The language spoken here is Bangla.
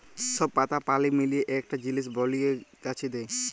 সব পাতা পালি মিলিয়ে একটা জিলিস বলিয়ে গাছে দেয়